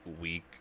week